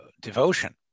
devotion